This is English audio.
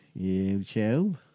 YouTube